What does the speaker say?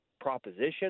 proposition